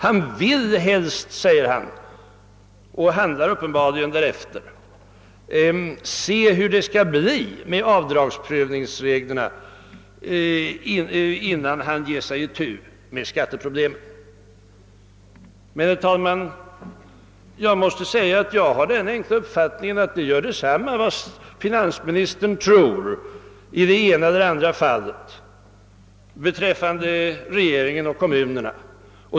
Han vill helst, säger han — och handlar uppenbarligen därefter — se hur det skall bli med avdragsreglerna innan han tar itu med skatteproblemet. Men jag har den enkla uppfattningen att det gör detsamma vad finansministern tror i ena eller andra fallet när det gäller regeringen och kommunerna.